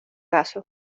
caso